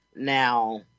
Now